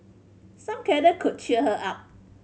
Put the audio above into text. some cuddle could cheer her up